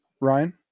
Ryan